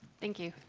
thank you.